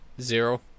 Zero